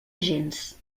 gens